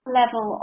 level